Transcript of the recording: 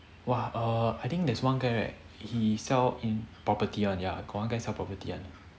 !wah! err I think there's one guy right he sell in property one ya got one guy sell property one